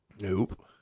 Nope